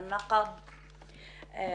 לנַקַבּ,